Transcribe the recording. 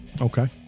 Okay